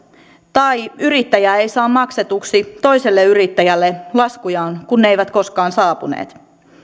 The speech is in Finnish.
tai yrittäjä ei saa maksetuksi toiselle yrittäjälle laskujaan kun ne eivät koskaan saapuneet